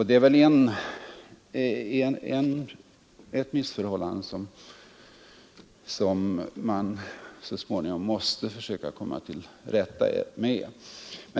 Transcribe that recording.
Det är ett missförhållande som vi så småningom måste försöka komma till rätta med.